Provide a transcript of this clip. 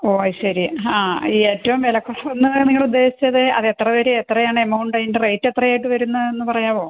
ഓ അത് ശരി ആ ഈ ഏറ്റവും വില കുറവെന്ന് നിങ്ങൾ ഉദ്ദേശിച്ചത് അത് എത്ര വരെ എത്രയാണ് എമൗണ്ട് അതിൻ്റെ റേറ്റ് എത്രയായിട്ട് വരുന്നതെന്ന് പറയാമോ